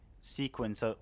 sequence